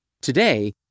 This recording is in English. Today